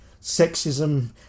sexism